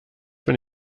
wenn